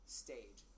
stage